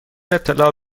اطلاع